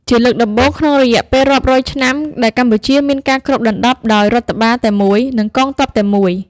ជាលើកដំបូងក្នុងរយៈពេលរាប់រយឆ្នាំ ដែលកម្ពុជាមានការគ្របដណ្តប់ដោយរដ្ឋបាលតែមួយ និងកងទ័ពតែមួយ។